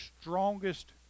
strongest